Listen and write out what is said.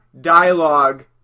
dialogue